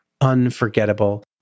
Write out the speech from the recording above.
unforgettable